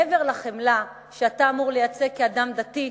מעבר לחמלה שאתה אמור לייצג כאדם דתי,